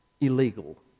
illegal